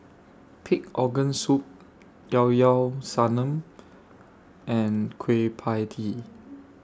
Pig Organ Soup Llao Llao Sanum and Kueh PIE Tee